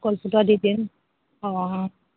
কলপটুৱা দি দিম অঁ